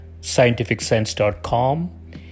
scientificsense.com